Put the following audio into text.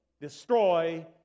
destroy